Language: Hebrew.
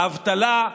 באבטלה,